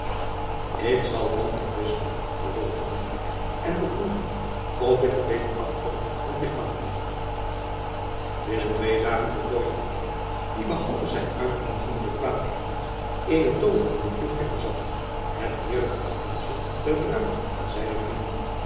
k zal dan mijn best doen vervolgde en beproeven of ik er beter afkom dan innen twee dagen voltooide die behalve zijn uitmuntende bekwaamheden eene tooverende vlugheid bezat het driaan oosjes zn et leven van aurits ijnslager heerlijk afbeeldsel der bruid van zijnen vriend